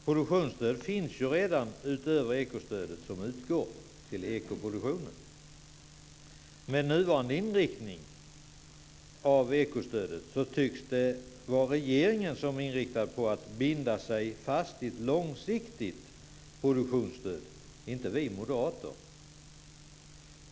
Produktionsstöd finns redan utöver ekostödet som utgår till ekoproduktionen. Med nuvarande inriktning av ekostödet tycks regeringen vara inställd på att binda sig fast vid ett långsiktigt produktionsstöd - inte vi moderater.